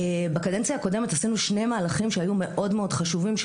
בקדנציה הקודמת עשינו שני מהלכים שהיו מאוד מאוד חשובים,